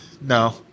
no